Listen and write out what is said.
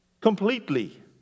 completely